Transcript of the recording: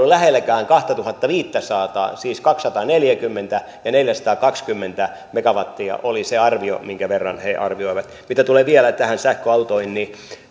lähelläkään kahtatuhattaviittäsataa siis kaksisataaneljäkymmentä ja neljäsataakaksikymmentä megawattia olivat ne arviot minkä verran he arvioivat mitä tulee vielä näihin sähköautoihin niin